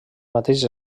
mateix